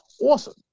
Awesome